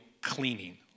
cleaning